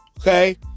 okay